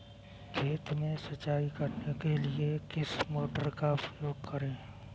खेत में सिंचाई करने के लिए किस मोटर का उपयोग करें?